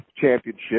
championship